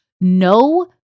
No